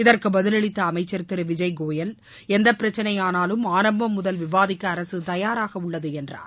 இதற்கு பதிலளித்த அமைச்சர் திரு விஜய்கோயல் எந்தப் பிரச்சனை ஆனாலும் ஆரம்பம் முதல் விவாதிக்க அரசு தயாராக உள்ளது என்றார்